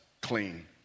clean